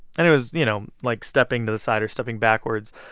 and it was, you know, like stepping to the side or stepping backwards.